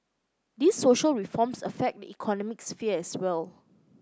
these social reforms affect the economic sphere as well